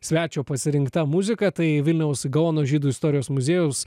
svečio pasirinkta muziką tai vilniaus gaono žydų istorijos muziejaus